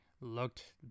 looked